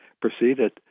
proceeded